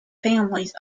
families